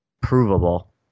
provable